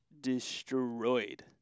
destroyed